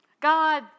God